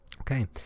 okay